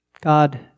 God